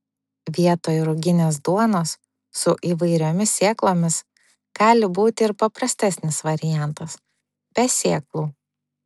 vietoj ruginės duonos su įvairiomis sėklomis gali būti ir paprastesnis variantas be sėklų